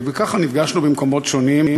וככה נפגשנו במקומות שונים.